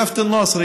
יפיע,